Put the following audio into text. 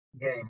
game